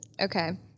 Okay